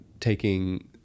taking